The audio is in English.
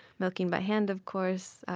milking by hand, of course.